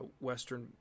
western